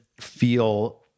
feel –